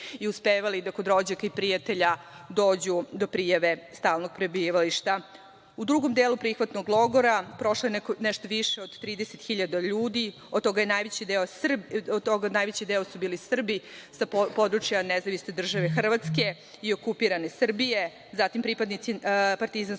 i uspevali da kod rođaka i prijatelja dođu do prijave stalnog prebivališta.U drugom delu prihvatnog logora prošlo je nešto više od 30.000 ljudi, od toga su najveći deo bili Srbi sa područja NDH i okupirane Srbije, zatim pripadnici partizanskog